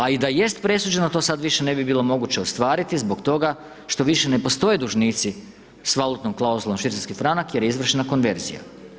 A i da jest presuđeno, to sada više ne bi moguće ostvariti zbog toga što više ne postoje dužnici s valutnom klauzulom švicarski franak jer je izvršena konverzija.